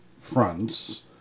fronts